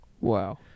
Wow